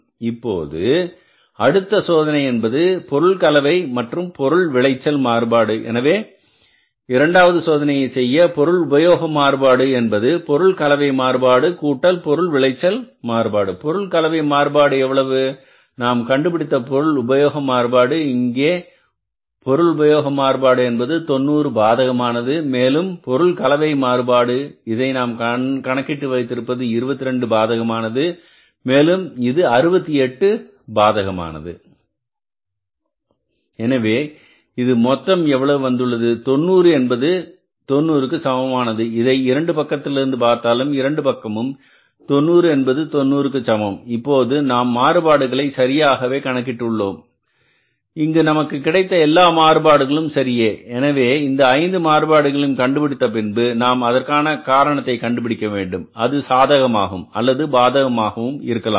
இப்போது அடுத்த சோதனை என்பது பொருள் கலவை மற்றும் பொருள் விளைச்சல் மாறுபாடு எனவே இரண்டாவது சோதனையை செய்ய பொருள் உபயோக மாறுபாடு என்பது பொருள் கலவை மாறுபாடு கூட்டல் பொருள் விளைச்சல் மாறுபாடு பொருள் கலவை மாறுபாடு எவ்வளவு நாம் கண்டுபிடித்த பொருள் உபயோக மாறுபாடு இங்கே பொருள் உபயோக மாறுபாடு என்பது 90 பாதகமானது மேலும் பொருள் கலவை மாறுபாடு இதை நாம் கணக்கிட்டு வைத்திருப்பது 22 பாதகமானது மேலும் இது 68 பாதகமானது எனவே இது மொத்தம் எவ்வளவு வந்துள்ளது 90 என்பது 90க்கு சமமானது இதை இரண்டு பக்கத்திலிருந்தும் பார்த்தாலும் இரண்டு பக்கமும் 90 என்பது 90 க்கு சமம் இப்போது நாம் மாறுபாடுகளை சரியாகவே கணக்கிட்டு உள்ளோம் இங்கு நமக்கு கிடைத்த எல்லா மாறுபாடுகளும் சரியே எனவே இந்த 5 மாறுபாடுகளையும் கண்டுபிடித்த பின்பு நாம் அதற்கான காரணத்தை கண்டுபிடிக்க வேண்டும் அது சாதகமாகும் அல்லது பாதகமாகவும் இருக்கலாம்